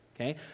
Okay